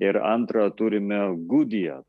ir antrą turime gudiją